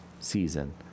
season